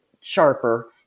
sharper